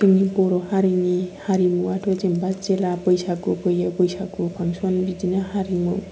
जोंनि बर' हारिनि हारिमुवाथ' जेनेबा जेला बैसागु फैयो बैसागु फांसन बिदिनो हारिमु